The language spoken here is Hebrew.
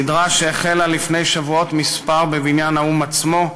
סדרה שהחלה לפני שבועות מספר בבניין האו"ם עצמו,